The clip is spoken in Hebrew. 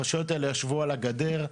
הרשויות האלו ישבו על הגדר,